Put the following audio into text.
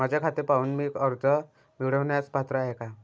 माझे खाते पाहून मी कर्ज मिळवण्यास पात्र आहे काय?